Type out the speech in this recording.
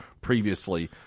previously –